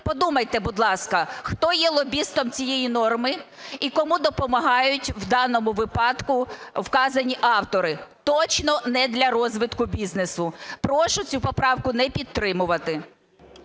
Подумайте, будь ласка, хто є лобістом цієї норми і кому допомагають у даному випадку вказані автори. Точно не для розвитку бізнесу. Прошу цю поправку не підтримувати.